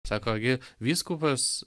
sako gi vyskupas